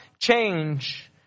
change